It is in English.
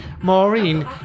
Maureen